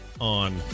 on